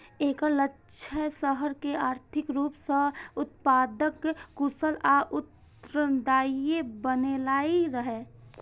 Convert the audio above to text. एकर लक्ष्य शहर कें आर्थिक रूप सं उत्पादक, कुशल आ उत्तरदायी बनेनाइ रहै